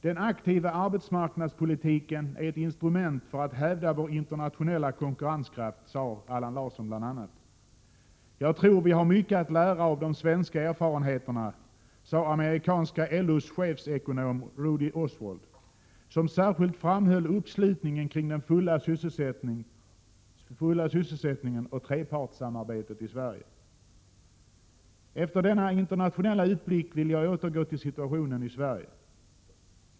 Den aktiva arbetsmarknadspolitiken är ett instrument för att hävda vår internationella konkurrenskraft, sade Allan Larsson bl.a. — Jag tror vi har mycket att lära av de svenska erfarenheterna, sade amerikanska LO:s chefekonom Rody Oswald, som särskilt framhöll uppslutningen kring den fulla sysselsättningen och trepartssamarbetet i Sverige. Efter denna internationella utblick vill jag återgå till situationen i Sverige.